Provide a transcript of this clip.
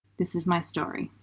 this is my story.